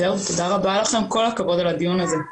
תודה רבה לכם, כל הכבוד על הדיון הזה.